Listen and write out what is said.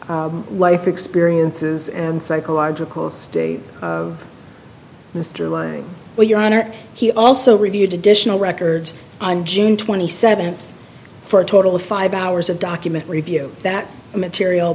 life experiences and psychological state of mr well your honor he also reviewed additional records on june twenty seventh for a total of five hours of document review that material